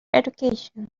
education